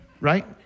right